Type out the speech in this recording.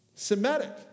Semitic